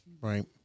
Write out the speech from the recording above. Right